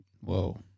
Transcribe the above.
Whoa